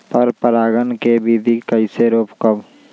पर परागण केबिधी कईसे रोकब?